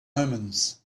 omens